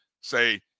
say